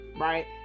right